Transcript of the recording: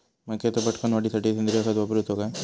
मक्याचो पटकन वाढीसाठी सेंद्रिय खत वापरूचो काय?